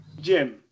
Jim